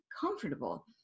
comfortable